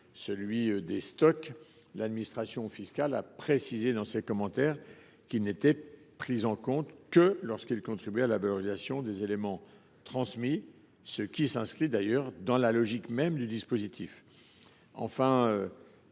question des stocks, l’administration fiscale a précisé, dans ses commentaires, qu’ils n’étaient pris en compte que lorsqu’ils contribuaient à la valorisation des éléments transmis, ce qui s’inscrit dans la logique même du dispositif.